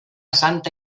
santa